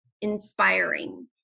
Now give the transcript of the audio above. inspiring